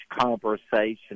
conversation